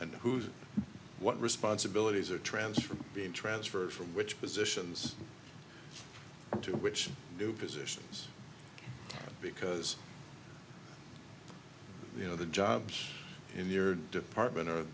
and whose what responsibilities are transferred being transferred from which positions to which positions because you know the jobs in your department are